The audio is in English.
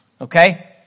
Okay